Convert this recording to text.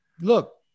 look